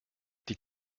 die